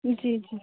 जी जी